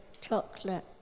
Chocolate